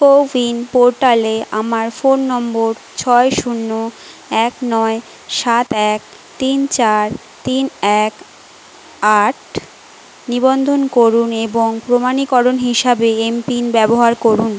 CoWIN পোর্টালে আমার phone number ছয় শূন্য এক নয় সাত এক তিন চার তিন এক আট নিবন্ধন করুন এবং প্রমাণীকরণ হিসাবে এমপিন ব্যবহার করুন